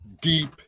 deep